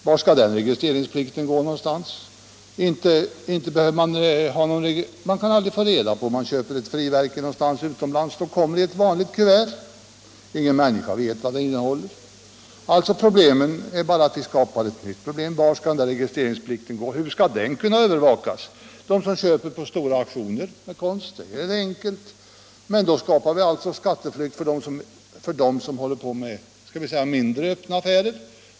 Var skall den registreringsplikten sättas in? Man kan aldrig kontrollera ett inköp av ett frimärke någonstans i utlandet. Det kan komma till landet i ett vanligt kuvert, och ingen vet vad det innehåller. Det är visserligen enkelt att övervaka inköp på stora konstauktioner, men då uppstår problemet med skatteflykt hos dem som håller på med — låt mig säga så — mindre öppna affärer.